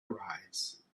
arise